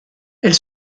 elle